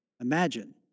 Imagine